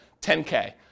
10K